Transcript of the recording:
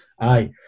Aye